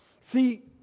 see